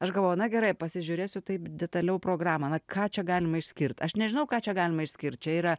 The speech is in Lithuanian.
aš galvoju na gerai pasižiūrėsiu taip detaliau programą ką čia galima išskirti aš nežinau ką čia galima išskirti čia yra